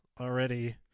already